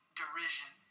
derision